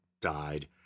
died